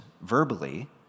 verbally